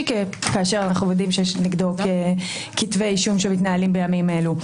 כאשר אנחנו יודעים שיש נגדו כתבי אישום שמתנהלים בימים אלה.